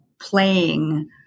playing